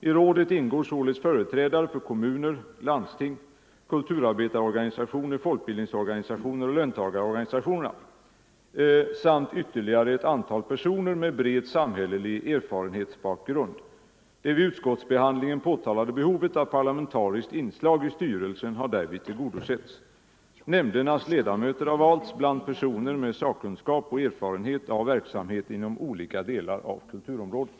I rådet ingår således företrädare för kommunerna, landstingen, kulturarbetarorganisationerna, folkbildningsorganisationerna och löntagarorganisationerna samt ytterligare ett antal personer med bred samhällelig erfarenhetsbakgrund. Det vid utskottsbehandlingen påtalade behovet av parlamentariskt inslag i styrelsen har därvid tillgodosetts. Nämndernas ledamöter har valts bland personer med sakkunskap och erfarenhet av verksamhet inom olika delar av kulturområdet.